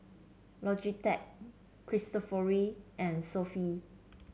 Logitech Cristofori and Sofy